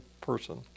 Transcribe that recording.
person